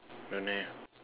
don't have